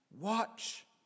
watch